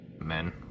Men